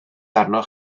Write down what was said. arnoch